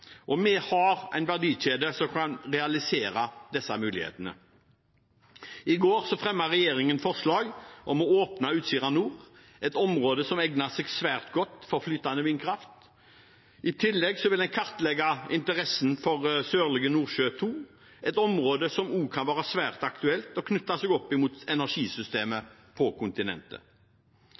og vi har en verdikjede som kan realisere disse mulighetene. I går fremmet regjeringen forslag om å åpne Utsira Nord, et område som egner seg svært godt for flytende vindkraft. I tillegg vil en kartlegge interessen for Sørlige Nordsjø II, et område som også kan være svært aktuelt for å knytte seg opp mot energisystemet på kontinentet.